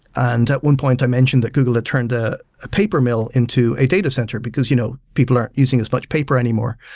and at one point, i mentioned that google had turned ah ah paper mill into a data center, because you know people aren't using as much paper anymore.